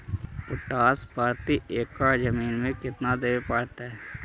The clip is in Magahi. पोटास प्रति एकड़ जमीन में केतना देबे पड़तै?